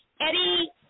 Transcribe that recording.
Eddie